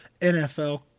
NFL